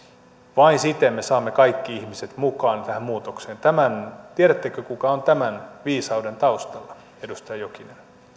vain siten me saamme kaikki ihmiset mukaan tähän muutokseen tiedättekö kuka on tämän viisauden taustalla edustaja jokinen